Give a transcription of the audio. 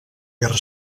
guerra